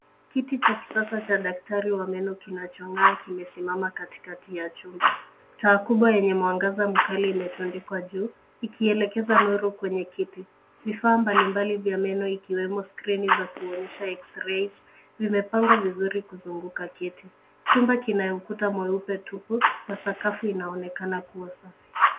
Kiti cha kisasa cha daktari wa meno kinachongaa kimesimama kati kati ya chumba. Taa kubwa yenye mwangaza mkali imetandikwa juu ikielekeza nuru kwenye kiti. Vifaa mbalimbali vya meno ikiwemo skrini za kuonyesha x-rays vimepangwa vizuri kuzunguka kiti chumba kina ukuta mweupe tupu na sakafu inaonekana kuwa safi.